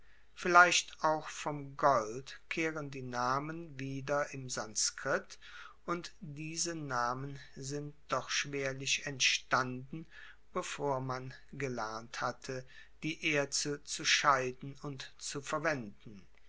vielleicht auch vom gold kehren die namen wieder im sanskrit und diese namen sind doch schwerlich entstanden bevor man gelernt hatte die erze zu scheiden und zu verwenden